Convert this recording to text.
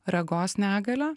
regos negalia